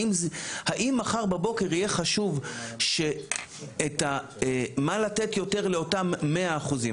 האם מחר בבוקר יהיה חשוב מה לתת יותר לאותם 100%?